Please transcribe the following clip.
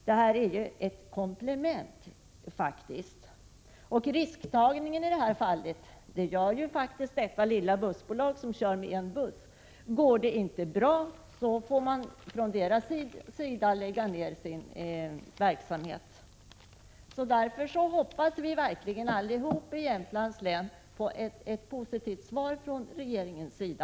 Vad det är fråga om är ett komplement, och den som tar en risk i det här fallet är faktiskt detta lilla bussbolag som kör med en buss. Går det inte bra får bussbolaget lägga ned sin verksamhet. Därför hoppas vi alla i Jämtlands län verkligen på ett positivt svar från regeringens sida.